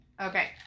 Okay